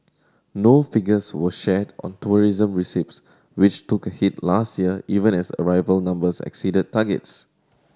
no figures were shared on tourism receipts which took a hit last year even as arrival numbers exceeded targets